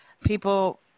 people